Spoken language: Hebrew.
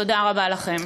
תודה רבה לכם.